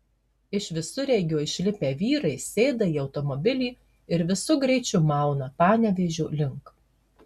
iš visureigio išlipę vyrai sėda į automobilį ir visu greičiu mauna panevėžio link